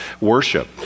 worship